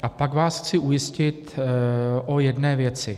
A pak vás chci ujistit o jedné věci.